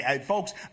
Folks